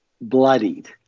bloodied